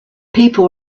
people